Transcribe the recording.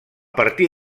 partir